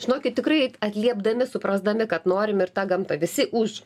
žinokit tikrai atliepdami suprasdami kad norim ir tą gamtą visi už